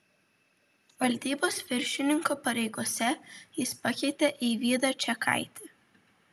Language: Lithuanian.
valdybos viršininko pareigose jis pakeitė eivydą čekaitį